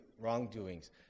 wrongdoings